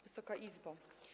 Wysoka Izbo!